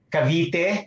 Cavite